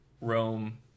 Rome